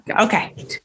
Okay